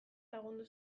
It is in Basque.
lagundu